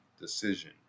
decision